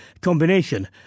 combination